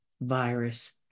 virus